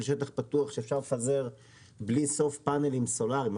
שטח פתוח שאפשר לפזר בלי סוף פאנלים סולאריים,